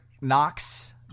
Knox